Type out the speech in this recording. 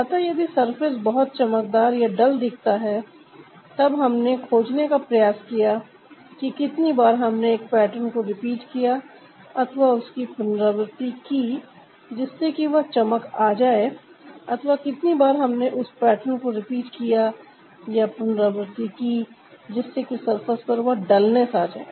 अतः यदि सरफेस बहुत चमकदार या डलदिखता है तब हमने खोजने का प्रयास किया कि कितनी बार हमने एक पैटर्न को रिपीट किया अथवा उसकी पुनरावृत्ति की जिससे कि वह चमक आ जाए अथवा कितनी बार हमने उस पैटर्न को रिपीट किया या पुनरावृत्ति की जिससे कि सरफेस पर वह डलनेस आ जाए